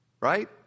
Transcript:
right